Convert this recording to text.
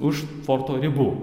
už forto ribų